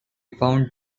found